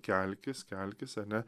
kelkis kelkis sene